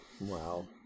Wow